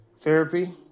therapy